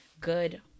good